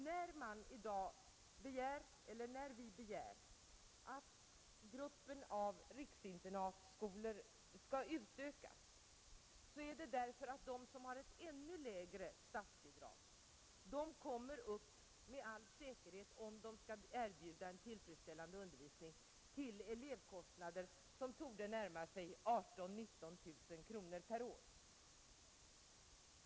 När vi i dag begär att gruppen av riksinternatskolor skall utökas, så är det därför att de skolor som har ett ännu lägre statsbidrag, om de skall erbjuda en tillfredsställande undervisning, kommer upp till elevkostnader som torde närma sig 18 000 å 19 000 kronor per år.